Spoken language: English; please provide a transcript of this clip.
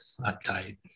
uptight